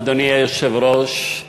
אדוני היושב-ראש,